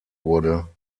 wurde